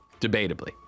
debatably